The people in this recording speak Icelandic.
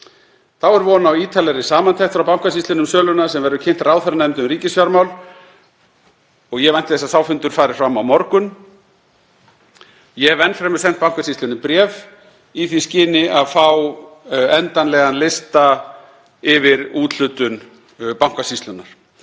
Þá er von á ítarlegri samantekt frá Bankasýslunni um söluna sem verður kynnt ráðherranefnd um ríkisfjármál og ég vænti þess að sá fundur fari fram á morgun. Ég hef enn fremur sent Bankasýslunni bréf í því skyni að fá endanlegan lista yfir úthlutun Bankasýslunnar.